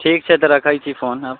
ठीक छै तऽ रखै छी फोन आब